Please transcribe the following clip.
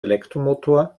elektromotor